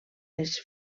les